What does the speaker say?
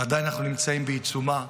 שאנחנו עדיין נמצאים בעיצומה,